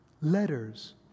Letters